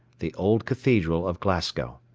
the old cathedral of glasgow.